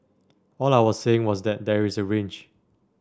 all I was saying was that there is a range